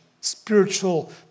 spiritual